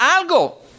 algo